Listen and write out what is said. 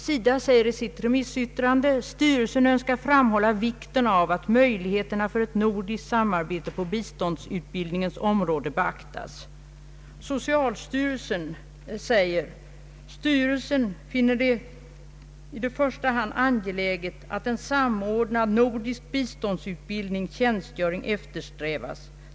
SIDA säger i sitt remissyttrande: ”Styrelsen önskar framhålla vikten av att möjligheterna för ett nordiskt samarbete på biståndsutbildningens område beaktas.” Socialstyrelsen säger: ”Styrelsen finner det i första hand angeläget att en samordnad nordisk biståndsutbildning/ tjänstgöring eftersträvas.